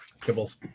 Kibbles